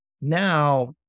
now